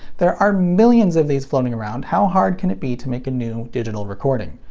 there are millions of these floating around, how hard can it be to make a new, digital recording?